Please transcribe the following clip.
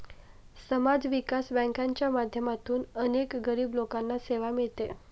समाज विकास बँकांच्या माध्यमातून अनेक गरीब लोकांना सेवा मिळते